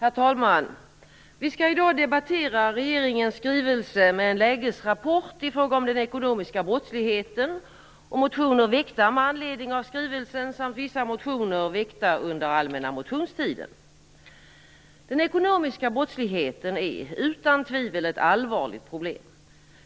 Herr talman! Vi skall i dag debattera regeringens skrivelse med en lägesrapport i fråga om den ekonomiska brottsligheten och motioner väckta med anledning av skrivelsen samt vissa motioner väckta under allmänna motionstiden. Den ekonomiska brottsligheten är utan tvivel ett allvarligt problem.